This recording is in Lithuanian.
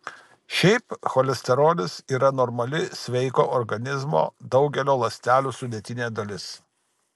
šiaip cholesterolis yra normali sveiko organizmo daugelio ląstelių sudėtinė dalis